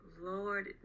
Lord